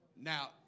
Now